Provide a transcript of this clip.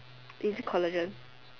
this collagen